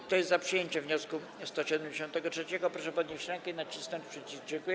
Kto jest za przyjęciem wniosku 173., proszę podnieść rękę i nacisnąć przycisk.